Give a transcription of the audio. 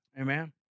Amen